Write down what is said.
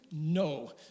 No